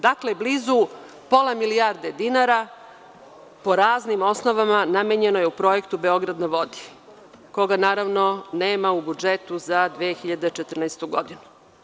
Dakle, blizu pola milijarde dinara po raznim osnovama namenjeno je za projekat „Beograd na vodi“, koga naravno nema u budžetu za 2014. godinu.